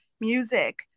music